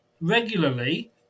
regularly